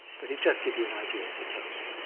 but it just give you an idea of the cave,